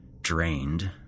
drained